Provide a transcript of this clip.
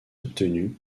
obtenus